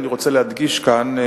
אני רוצה להדגיש כאן,